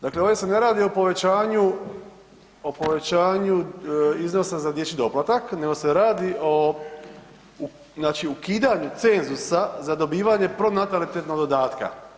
Dakle, ovdje se ne radi o povećanju, o povećanju iznosa za dječji doplatak, nego se radi o znači ukidanju cenzusa za dobivanje pronatalitetnog dodatka.